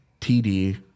TD